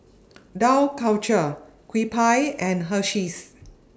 Dough Culture Kewpie and Hersheys